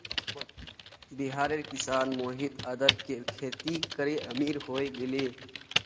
बिहारेर किसान मोहित अदरकेर खेती करे अमीर हय गेले